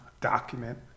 document